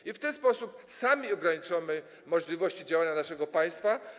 I w ten sposób sami ograniczamy możliwości działania naszego państwa.